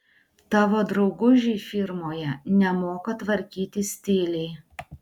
tavo draugužiai firmoje nemoka tvarkytis tyliai